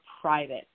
private